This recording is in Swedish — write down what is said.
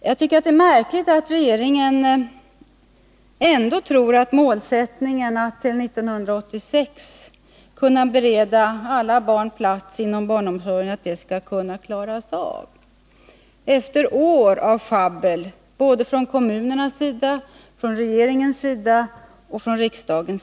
Jag tycker att det är märkligt att regeringen ändå tror att målet att till år 1986 kunna bereda alla barn plats inom barnomsorgen skall kunna nås efter år av sjabbel, av både kommunerna, regeringen och riksdagen.